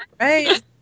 Right